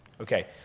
Okay